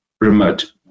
remote